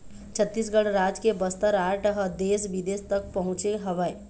छत्तीसगढ़ राज के बस्तर आर्ट ह देश बिदेश तक पहुँचे हवय